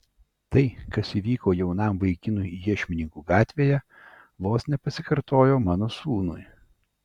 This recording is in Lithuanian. tai kas įvyko jaunam vaikinui iešmininkų gatvėje vos nepasikartojo mano sūnui